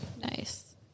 Nice